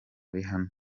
rihanna